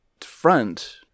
front